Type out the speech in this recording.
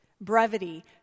brevity